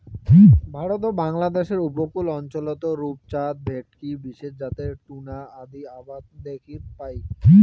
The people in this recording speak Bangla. ভারত ও বাংলাদ্যাশের উপকূল অঞ্চলত রূপচাঁদ, ভেটকি বিশেষ জাতের টুনা আদি আবাদ দ্যাখির পাই